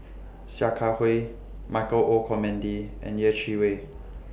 Sia Kah Hui Michael Olcomendy and Yeh Chi Wei